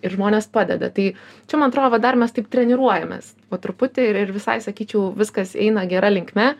ir žmonės padeda tai čia man atrodo va dar mes taip treniruojamės po truputį ir visai sakyčiau viskas eina gera linkme